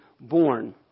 born